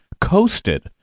coasted